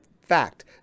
fact